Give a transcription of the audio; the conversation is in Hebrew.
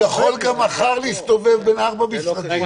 הוא יכול גם מחר להסתובב בין ארבעה משרדים.